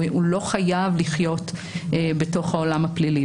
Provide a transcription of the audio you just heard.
הוא לא חייב לחיות בתוך העולם הפלילי.